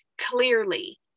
clearly